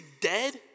dead